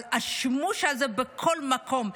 אבל השימוש הזה בכל מקום,